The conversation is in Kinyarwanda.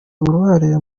uruhare